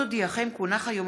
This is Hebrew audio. ה' בכסלו התשע"ט (13 בנובמבר 2018) ירושלים,